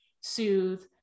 soothe